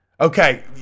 Okay